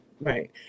right